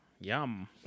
Yum